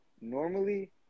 normally